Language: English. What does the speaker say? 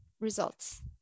results